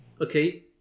Okay